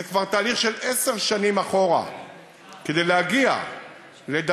זה כבר תהליך של עשר שנים אחורה כדי להגיע לדבר